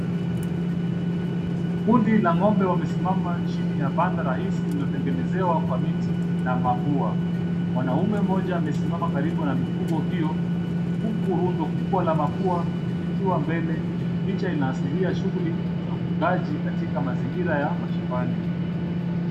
Kundi la ng'ombe wamesimama chini ya banda rahisi iliyotengenezwa kwa miti na mabua. Mwanamume mmoja amesimama karibu na mfumo hio huku rundo kubwa la mabua ikiwa mbele. Picha inaashiria shughuli za ufugaji katika mazingira ya mashambani.